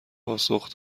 پاسخ